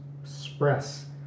express